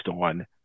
on